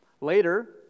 Later